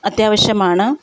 അത്യാവശ്യമാണ്